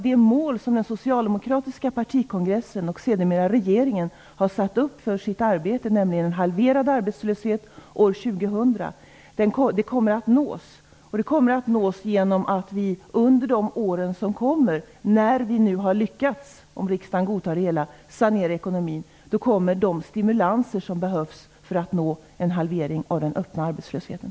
Det mål som den socialdemokratiska partikongressen och sedermera regeringen har satt upp för sitt arbete, nämligen en halverad arbetslöshet år 2000, kommer att nås. Under de kommande åren, när vi har lyckats - om riksdagen godtar det hela - sanera ekonomin, kommer de stimulanser som behövs för att nå en halvering av den öppna arbetslösheten.